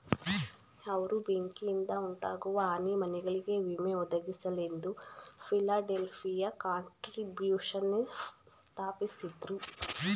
ಅವ್ರು ಬೆಂಕಿಯಿಂದಉಂಟಾಗುವ ಹಾನಿ ಮನೆಗಳಿಗೆ ವಿಮೆ ಒದಗಿಸಲೆಂದು ಫಿಲಡೆಲ್ಫಿಯ ಕಾಂಟ್ರಿಬ್ಯೂಶನ್ಶಿಪ್ ಸ್ಥಾಪಿಸಿದ್ರು